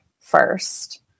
first